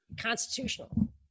constitutional